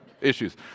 issues